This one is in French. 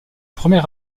premier